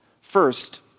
First